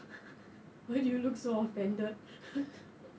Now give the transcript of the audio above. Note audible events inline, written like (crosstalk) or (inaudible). (laughs) why do you look so offended